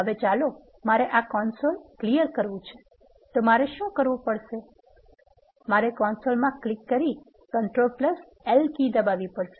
હવે ચાલો મારે આ કન્સોલ સાફ કરવુ છે તો મારે શુ કરવુ પડશે કે મારે કન્સોલમાં ક્લિક કરી control L કી દબાવવી પડશે